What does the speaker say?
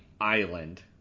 Island